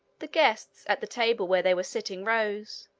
the guests at the table where they were sitting rose,